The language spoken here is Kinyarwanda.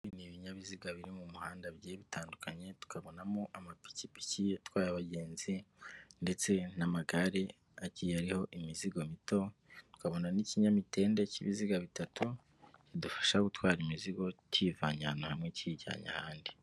Ni ibinyabiziga biri mu muhanda bigiye bitandukanye tukabonamo amapikipiki atwaye abagenzi ndetse n'amagare agiye ariho imizigo mito, tukabona n'ikinyamitende cy'ibiziga bitatu bidufasha gutwara imizigo kiyivana ahantu hamwe kiyijyanye ahandi.